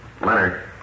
Leonard